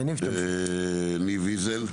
ניב ויזל.